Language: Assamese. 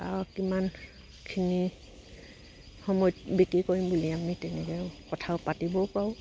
আৰু কিমানখিনি সময়ত বিক্ৰী কৰিম বুলি আমি তেনেকৈ কথাও পাতিবও পাৰোঁ